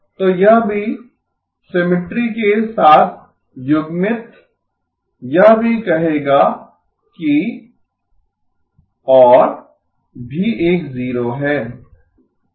तो यह भी सिमिट्री के साथ युग्मित यह भी कहेगा कि और भी एक 0 हैं